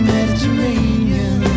Mediterranean